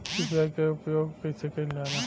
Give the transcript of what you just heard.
UPI के उपयोग कइसे कइल जाला?